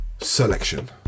selection